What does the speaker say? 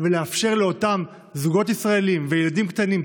ולאפשר לאותם זוגות ישראלים וילדים קטנים,